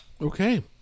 Okay